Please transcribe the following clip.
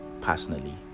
personally